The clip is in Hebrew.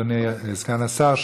אדוני סגן השר,